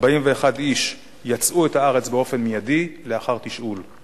41 איש יצאו את הארץ באופן מיידי לאחר תשאול,